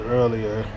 earlier